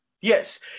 Yes